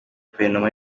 guverinoma